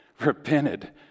repented